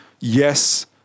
yes